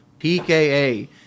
pka